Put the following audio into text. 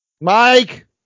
Mike